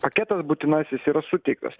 paketas būtinasis ir suteiktas